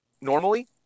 normally